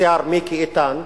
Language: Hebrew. השר מיקי איתן,